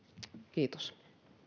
kiitos